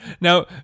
now